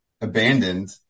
abandoned